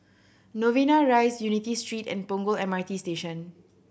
Novena Rise Unity Street and Punggol M R T Station